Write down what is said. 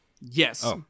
Yes